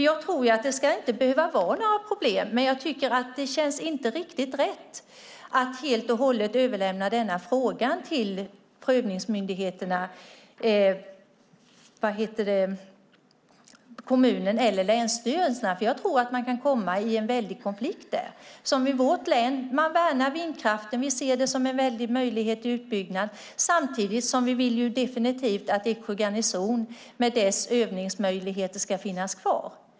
Jag tror inte att det här ska behöva vara ett problem, men det känns inte riktigt rätt att helt och hållet överlämna denna fråga till prövningsmyndigheterna, till kommunen eller länsstyrelsen. Jag tror att man där kan råka i en stor konflikt. I vårt län värnar man vindkraften. Vi ser den som en stor möjlighet till utbyggnad. Samtidigt vill vi definitivt att Eksjö garnison med dess övningsmöjligheter ska finnas kvar.